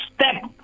step